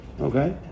okay